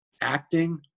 Acting